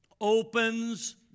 opens